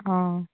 অঁ